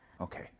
Okay